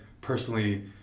personally